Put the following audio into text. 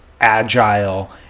agile